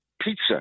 pizza